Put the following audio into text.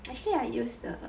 actually I use the